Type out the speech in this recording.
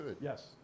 Yes